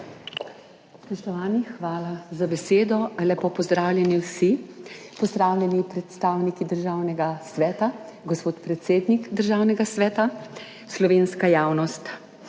hvala za besedo. Lepo pozdravljeni vsi! Pozdravljeni predstavniki Državnega sveta, gospod predsednik Državnega sveta, slovenska javnost!